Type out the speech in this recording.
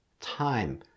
time